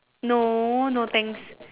no no thanks